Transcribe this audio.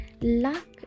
Luck